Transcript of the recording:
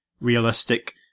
realistic